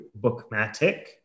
Bookmatic